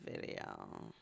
video